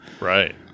Right